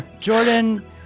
Jordan